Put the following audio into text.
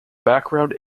background